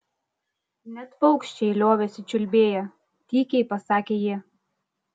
net paukščiai liovėsi čiulbėję tykiai pasakė ji